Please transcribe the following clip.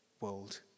world